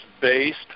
based